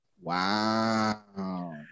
Wow